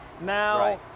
now